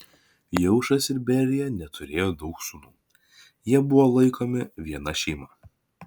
jeušas ir berija neturėjo daug sūnų jie buvo laikomi viena šeima